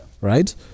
right